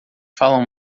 falam